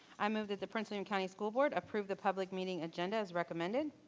i move that the prince william county school board approve the public meeting agenda as recommended.